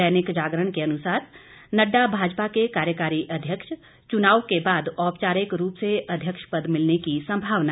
दैनिक जागरण के अनुसार नड्डा भाजपा के कार्यकारी अध्यक्ष चुनाव के बाद औपचारिक रूप से अध्यक्ष पद मिलने की सम्भावना